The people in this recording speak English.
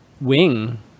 wing